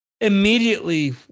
Immediately